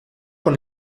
con